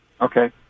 Okay